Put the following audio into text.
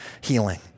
healing